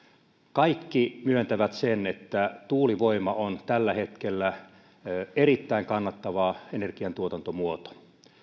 kaikki myöntävät sen että tuulivoima on tällä hetkellä erittäin kannattava energiantuotantomuoto